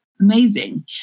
Amazing